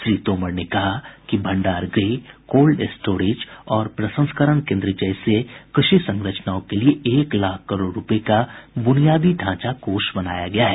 श्री तोमर ने कहा कि भंडार गृह कोल्डस्टोरेज और प्रसंस्करण केन्द्र जैसे कृषि संरचनाओं के लिए एक लाख करोड़ रुपये का बुनियादी ढांचा कोष बनाया गया है